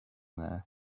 there